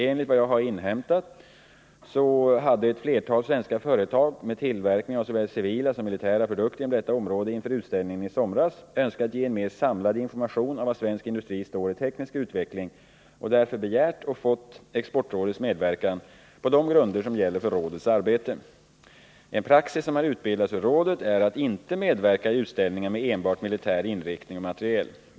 Enligt vad jag har inhämtat hade ett flertal svenska företag med tillverkning av såväl civila som militära produkter inom detta område inför utställningen i somras önskat ge en mer samlad information om var svensk industri står i fråga om teknisk utveckling och därför begärt och fått exportrådets medverkan på de grunder som gäller för rådets arbete. En praxis som har utbildats hos rådet är att inte medverka i utställningar med enbart militär inriktning och materiel.